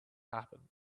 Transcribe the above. happen